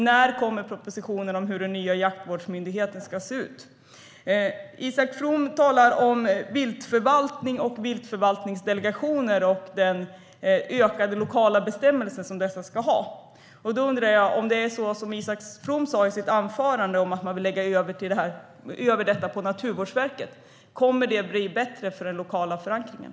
När kommer propositionen om hur den nya jaktvårdsmyndigheten ska se ut? Isak From talar om viltförvaltning och om att viltförvaltningsdelegationerna ska ha ökat lokalt bestämmande. Men om det är så som Isak From sa i sitt anförande, att man vill lägga över detta på Naturvårdsverket, kommer det då att bli bättre för den lokala förankringen?